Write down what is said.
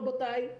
רבותיי,